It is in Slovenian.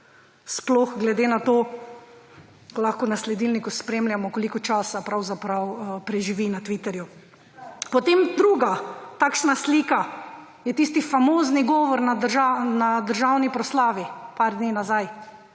Sploh glede na to, ko lahko na sledilniku spremljamo, koliko časa pravzaprav preživi na Twitterju. Potem druga takšna slika je tisti famozni govor na državni proslavi nekaj dni nazaj,